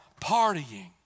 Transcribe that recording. partying